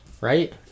Right